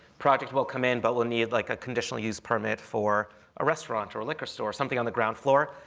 project will come in but will need like a conditional use permit for a restaurant or a liquor store, something on the ground floor,